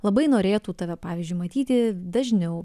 labai norėtų tave pavyzdžiui matyti dažniau